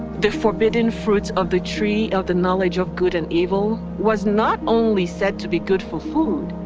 the forbidden fruit of the tree of the knowledge of good and evil, was not only said to be good for food,